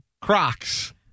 Crocs